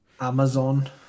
Amazon